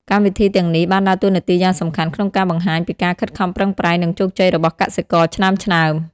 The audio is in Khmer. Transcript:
កម្មវិធីទាំងនេះបានដើរតួនាទីយ៉ាងសំខាន់ក្នុងការបង្ហាញពីការខិតខំប្រឹងប្រែង និងជោគជ័យរបស់កសិករឆ្នើមៗ។